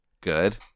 Good